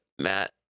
Matt